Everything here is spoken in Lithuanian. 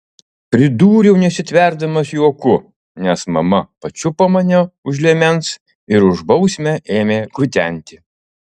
pridūriau nesitverdamas juoku nes mama pačiupo mane už liemens ir už bausmę ėmė kutenti